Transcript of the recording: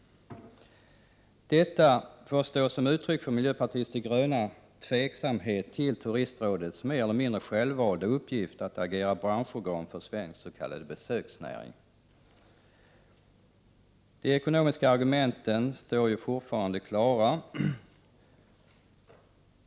Detta får stå som uttryck för miljöpartiet de grönas tveksamhet till Turistrådets mer eller mindre självvalda uppgift att agera branschorgan för svensk s.k. besöksnäring. De ekonomiska argumenten står ju fortfarande kvar.